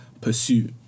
pursue